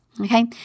okay